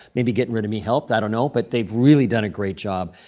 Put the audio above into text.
maybe getting rid of me helped. i don't know. but they've really done a great job.